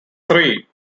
three